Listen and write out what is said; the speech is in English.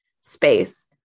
space